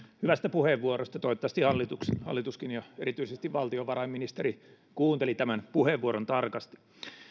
hyvästä puheenvuorosta toivottavasti hallituskin ja erityisesti valtiovarainministeri kuuntelivat tämän puheenvuoron tarkasti